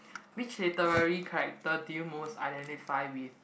which literary character do you most identify with